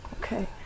Okay